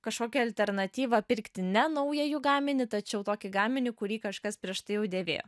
kažkokią alternatyvą pirkti ne naują jų gaminį tačiau tokį gaminį kurį kažkas prieš tai jau dėvėjo